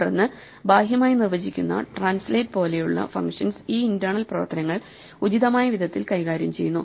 തുടർന്നു ബാഹ്യമായി നിർവചിക്കുന്ന ട്രാൻസ്ലേറ്റ് പോലെയുള്ള ഫങ്ഷൻസ് ഈ ഇന്റേണൽ പ്രവർത്തനങ്ങൾ ഉചിതമായ വിധത്തിൽ കൈകാര്യം ചെയ്യുന്നു